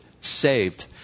saved